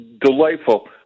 delightful